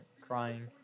crying